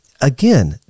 again